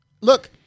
Look